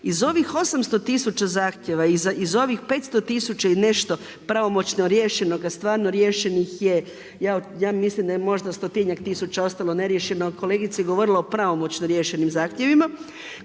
Iz ovih 800 tisuća zahtjeva iz ovih 500 tisuća i nešto pravomoćno riješenoga stvarno riješenih je ja mislim da je negdje stotinjak tisuća ostalo neriješeno, kolegica je govorila o pravomoćno riješenim zahtjevima,